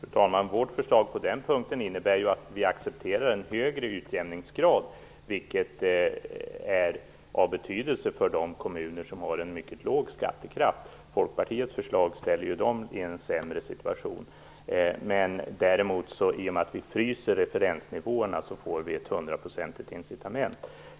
Fru talman! Vårt förslag på den punkten innebär att vi accepterar en högre utjämningsgrad, vilket är av betydelse för de kommuner som har en mycket låg skattekraft. Folkpartiets förslag ställer dem i en sämre situation. Men i och med att vi fryser referensnivåerna får vi ett hundraprocentigt incitament.